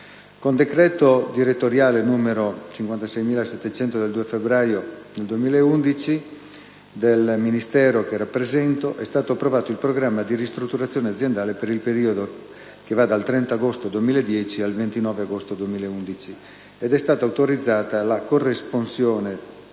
Con decreto direttoriale n. 56700 del 2 febbraio 2011 del Ministero che rappresento, è stato approvato il programma dì ristrutturazione aziendale per il periodo che va dal 30 agosto 2010 al 29 agosto 2011, ed è stata autorizzata la corresponsione